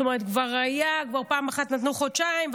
כבר פעם אחת נתנו חודשיים,